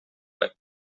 web